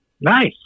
Nice